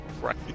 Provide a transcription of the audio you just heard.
Right